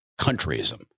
countryism